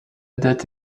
date